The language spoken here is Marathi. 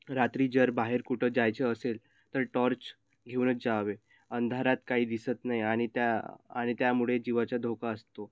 रात्री जर बाहेर कुठं जायचं असेल तर टॉर्च घेऊनच जावे अंधारात काही दिसत नाही आणि त्या आणि त्यामुळे जीवाचा धोका असतो